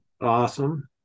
awesome